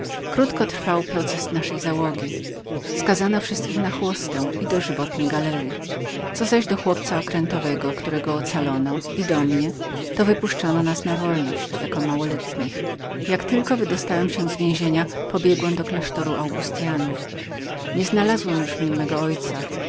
krótko trwał proces naszej osady skazano wszystkich na chłostę i następnie dożywotnie galery co zaś do chłopca okrętowego którego ocalono i do mnie wypuszczono nas na wolność jako małoletnich jak tylko wydostałem się z więzienia pobiegłem do klasztoru augustyanów nie znalazłem już w nim mego ojca